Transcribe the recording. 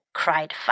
cried